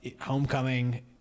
Homecoming